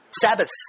Sabbaths